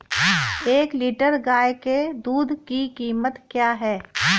एक लीटर गाय के दूध की कीमत क्या है?